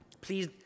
please